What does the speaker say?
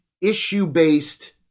issue-based